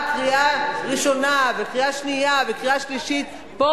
קריאה ראשונה וקריאה שנייה וקריאה שלישית פה,